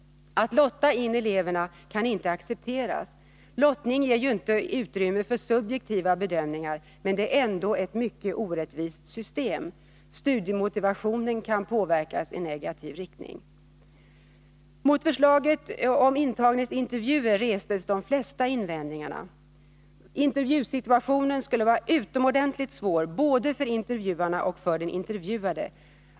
Att lotta in eleverna kan inte accepteras. Lottning ger visserligen inte utrymme för subjektiva bedömningar, men den är ändå ett mycket orättvist system. Studiemotivationen kan påverkas i negativ riktning. Mot förslaget om intagningsintervjuer restes de flesta invändningarna. Intervjusituationen skulle vara utomordentligt svår både för intervjuarna och för den intervjuade.